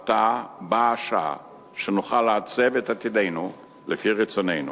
עתה באה השעה שנוכל לעצב את עתידנו לפי רצוננו